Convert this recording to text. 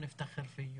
ושנתפאר ונתגאה בך.